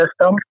System